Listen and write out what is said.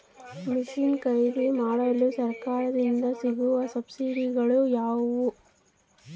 Mission ಖರೇದಿಮಾಡಲು ಸರಕಾರದಿಂದ ಸಿಗುವ ಸಬ್ಸಿಡಿಗಳು ಯಾವುವು?